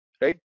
right